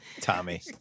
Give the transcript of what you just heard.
Tommy